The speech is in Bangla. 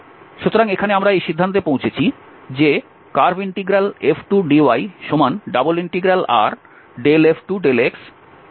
সুতরাং এখানে আমরা এই সিদ্ধান্তে পৌঁছেছি যে CF2dy∬RF2∂xdA